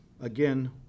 again